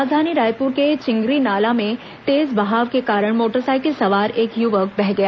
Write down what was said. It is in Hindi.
राजधानी रायपुर के चिंगरी नाला में तेज बहाव के कारण मोटरसाइकिल सवार एक युवक बह गया